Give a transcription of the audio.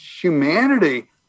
humanity